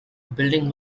building